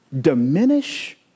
diminish